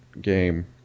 game